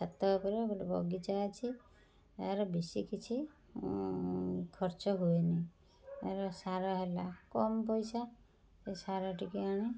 ଛାତ ଉପରେ ଗୋଟେ ବଗିଚା ଅଛି ଏହାର ବେଶି କିଛି ଖର୍ଚ୍ଚ ହୁଏନି ଏହାର ସାର ହେଲା କମ ପଇସା ଏ ସାର ଟିକି ଆଣି